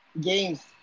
games